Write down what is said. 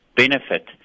benefit